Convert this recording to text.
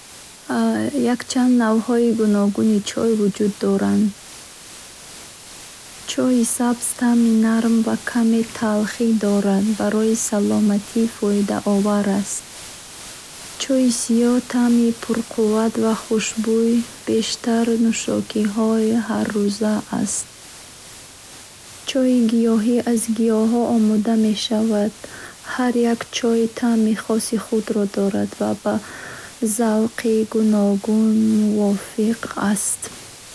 Навъҳои гуногуни чой вуҷуд доранд. Чои сабз таъми нарм ва каме талх дорад, барои саломатӣ фоидаовар аст. Чои сиёҳ таъми пурқувват ва хушбӯй бештар нӯшокии ҳаррӯза аст. Чои сафед нармтарин ва бо таъми мулоим байни чои сабз ва сиёҳ таъмаш бой ва каме ширин. Чои гиёҳӣ аз гиёҳҳо омода мешавад. Ҳар як чой таъми хоси худро дорад ва ба завқи гуногун мувофиқ аст.